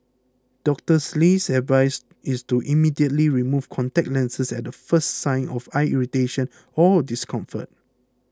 Doctor Lee's advice is to immediately remove contact lenses at the first sign of eye irritation or discomfort